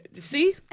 see